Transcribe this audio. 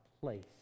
place